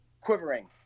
quivering